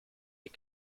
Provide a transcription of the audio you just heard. des